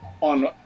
on